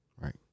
Right